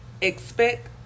Expect